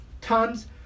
tons